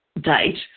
date